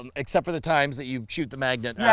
um except for the times that you shoot the magnet yeah